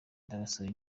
ndabasaba